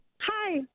Hi